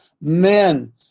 men